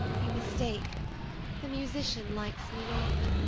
you mistake the musician likes me not.